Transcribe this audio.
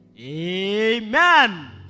Amen